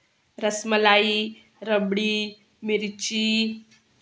रसमलाई रबडी मिरची